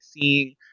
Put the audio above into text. seeing